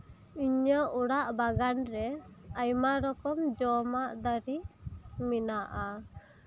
ᱤᱧᱟᱹᱜ ᱚᱲᱟᱜ ᱵᱟᱜᱟᱱ ᱨᱮ ᱟᱭᱢᱟ ᱨᱚᱠᱚᱢ ᱡᱚᱢᱟᱜ ᱫᱟᱨᱮ ᱢᱮᱱᱟᱜᱼᱟ